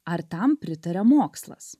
ar tam pritaria mokslas